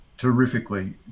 Terrifically